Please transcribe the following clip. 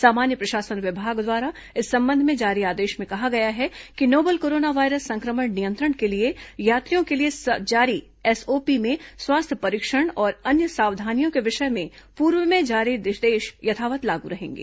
सामान्य प्रशासन विभाग द्वारा इस संबंध में जारी आदेश में कहा गया है कि नोबेल कोरोनावायरस संक्रमण नियंत्रण के लिए यात्रियों के लिए जारी एसओपी में स्वास्थ्य परीक्षण और अन्य सावधानियों के विषय में पूर्व में जारी निर्देश यथावत लागू रहेंगे